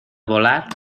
volar